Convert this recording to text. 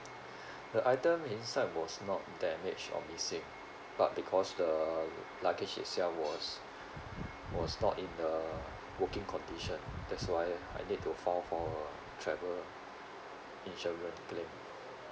the item inside was damaged or missing but because the luggage itself was was not in a working condition that's why I need to file for a travel insurance claim